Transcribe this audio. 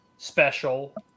Special